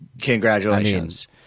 Congratulations